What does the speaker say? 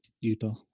Utah